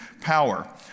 power